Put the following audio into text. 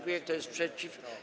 Kto jest przeciw?